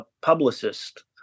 publicist